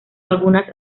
algunas